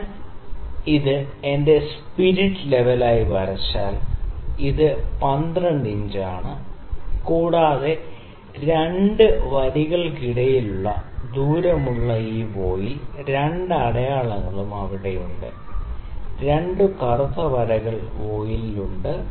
ഞാൻ ഇത് എന്റെ സ്പ്രിറ്റ് ലെവലായി വരച്ചാൽ ഇത് 12 ഇഞ്ച് ആണ് കൂടാതെ 2 വരികൾക്കിടയിലുള്ള ദൂരമുള്ള ഈ വോയിൽ ആ 2 അടയാളങ്ങളും അവിടെയുണ്ട് 2 കറുത്ത വരകൾ വോയിലിൽ ഉണ്ട്